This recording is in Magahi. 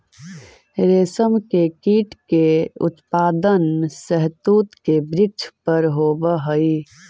रेशम के कीट के उत्पादन शहतूत के वृक्ष पर होवऽ हई